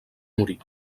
morir